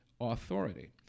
authority